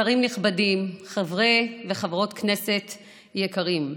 שרים נכבדים, חברי וחברות כנסת יקרים,